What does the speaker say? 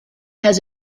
has